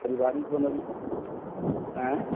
पारिवारिक बनबै अँए